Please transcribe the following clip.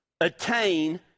attain